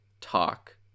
talk